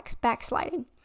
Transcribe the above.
backsliding